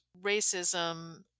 racism